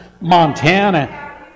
Montana